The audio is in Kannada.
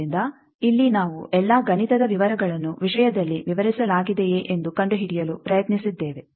ಆದ್ದರಿಂದ ಇಲ್ಲಿ ನಾವು ಎಲ್ಲಾ ಗಣಿತದ ವಿವರಗಳನ್ನು ವಿಷಯದಲ್ಲಿ ವಿವರಿಸಲಾಗಿದೆಯೇ ಎಂದು ಕಂಡುಹಿಡಿಯಲು ಪ್ರಯತ್ನಿಸಿದ್ದೇವೆ